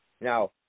Now